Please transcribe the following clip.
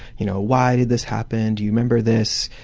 you know, why did this happen, do you remember this,